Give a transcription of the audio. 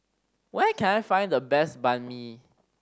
where can I find the best Banh Mi